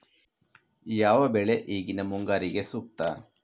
ಯಾವ ಬೆಳೆ ಈಗಿನ ಮುಂಗಾರಿಗೆ ಸೂಕ್ತ?